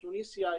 טוניסיה,